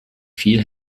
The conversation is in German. viel